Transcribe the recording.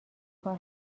بکار